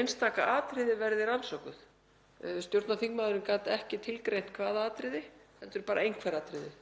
einstaka atriði verði rannsökuð. Stjórnarþingmaðurinn gat ekki tilgreint hvaða atriði það væru, bara einhver atriði.